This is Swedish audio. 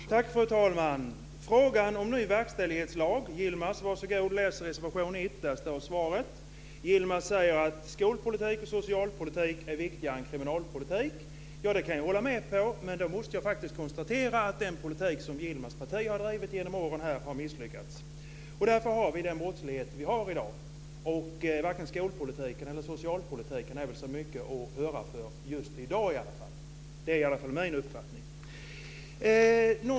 Fru talman! När det gäller frågan om ny verkställighetslag så kan Yilmaz läsa reservation 1. Varsågod, där står svaret! Yilmaz säger att skolpolitik och socialpolitik är viktigare än kriminalpolitik. Ja, det kan jag hålla med om. Men då måste jag konstatera att den politik som Yilmaz parti har drivit genom åren har misslyckats. Därför har vi den brottslighet som vi har i dag. Varken skolpolitiken eller socialpolitiken är väl så mycket att hurra för i dag. Det är åtminstone min uppfattning.